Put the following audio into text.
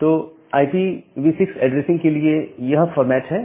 तो IPv6 addressing के लिए यह फॉर्मेट है